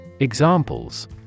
Examples